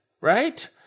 right